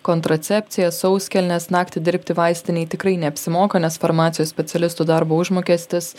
kontracepcija sauskelnės naktį dirbti vaistinei tikrai neapsimoka nes farmacijos specialistų darbo užmokestis